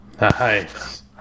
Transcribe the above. Nice